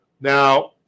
Now